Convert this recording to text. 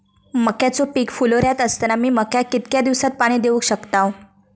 मक्याचो पीक फुलोऱ्यात असताना मी मक्याक कितक्या दिवसात पाणी देऊक शकताव?